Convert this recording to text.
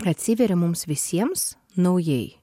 atsiveria mums visiems naujai